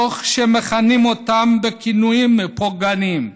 תוך שמכנים אותם בכינויים פוגעניים.